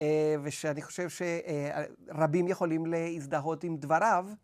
ושאני חושב שרבים יכולים להזדהות עם דבריו.